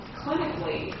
clinically